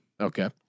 Okay